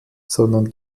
sondern